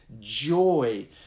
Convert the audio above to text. joy